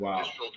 Wow